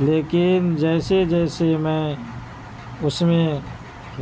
لیکن جیسے جیسے میں اس میں